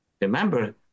Remember